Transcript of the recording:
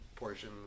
Portion